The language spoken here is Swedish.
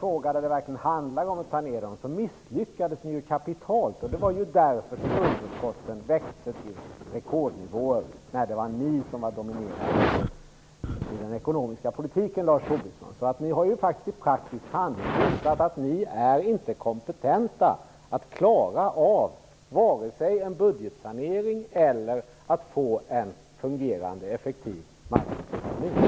Ni misslyckades ju kapitalt med varje konkret fråga där det gällde att ta ned utgifterna. Det var därför som underskotten växte till rekordnivåer när det var ni som var dominerande i den ekonomiska politiken. Ni har i praktisk handling visat att ni inte är kompetenta att klara av vare sig en budgetsanering eller att få en fungerande och effektiv marknadsekonomi.